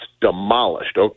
demolished